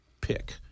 pick